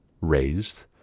raised